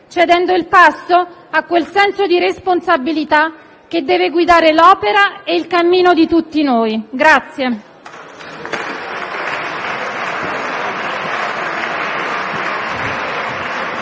cedendo il passo a quel senso di responsabilità che deve guidare l'opera e il cammino di tutti noi.